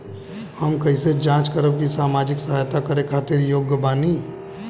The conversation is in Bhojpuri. हम कइसे जांच करब की सामाजिक सहायता करे खातिर योग्य बानी?